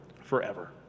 forever